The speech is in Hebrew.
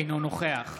אינו נוכח